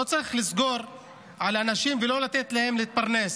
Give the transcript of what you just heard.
לא צריך לסגור על אנשים ולא לתת להם להתפרנס.